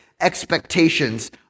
expectations